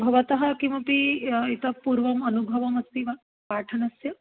भवतः किमपि इतः पूर्वम् अनुभवमस्ति वा पाठनस्य